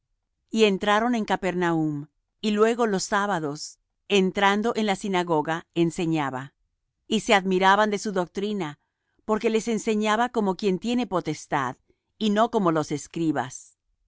y entraron en capernaum y luego los sábados entrando en la sinagoga enseñaba y se admiraban de su doctrina porque les enseñaba como quien tiene potestad y no como los escribas